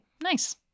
Nice